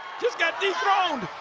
just got dethroned.